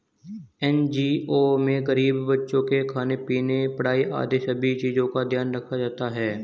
NGO में गरीब बच्चों के खाने पीने, पढ़ाई आदि सभी चीजों का ध्यान रखा जाता है